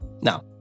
Now